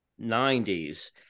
90s